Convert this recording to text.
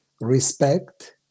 respect